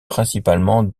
principalement